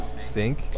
Stink